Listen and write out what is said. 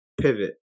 pivot